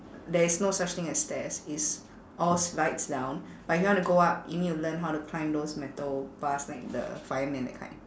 there is no such thing as stairs it's all slides down but if you want to go up you need to learn how to climb those metal bars like the fireman that kind